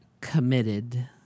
committed